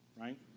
right